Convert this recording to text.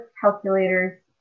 calculators